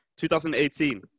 2018